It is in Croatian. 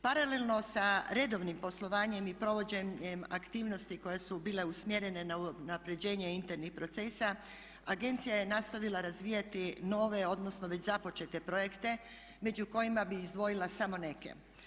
Paralelno s redovnim poslovanjem i provođenjem aktivnosti koje su bile usmjerene na unapređenje internih procesa agencija je nastavila razvijati nove odnosno već započete projekte među kojima bih izdvojila samo neke.